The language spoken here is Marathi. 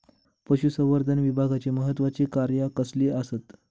पशुसंवर्धन विभागाची महत्त्वाची कार्या कसली आसत?